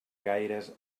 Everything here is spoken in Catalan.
gaires